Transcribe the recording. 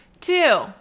Two